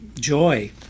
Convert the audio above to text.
joy